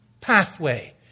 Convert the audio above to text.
pathway